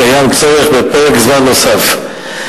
קיים צורך בפרק זמן נוסף.